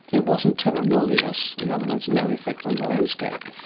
it wasn't terra nullius, in other words no effect on the landscape.